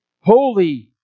Holy